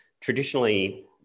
traditionally